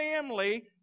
family